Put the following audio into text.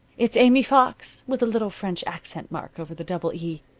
it's aimee fox, with a little french accent mark over the double e.